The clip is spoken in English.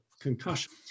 concussion